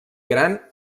gran